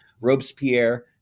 Robespierre